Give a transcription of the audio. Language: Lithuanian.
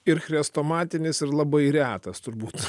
ir chrestomatinis ir labai retas turbūt